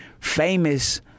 famous